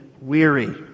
weary